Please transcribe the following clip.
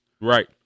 Right